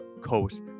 Coast